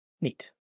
Neat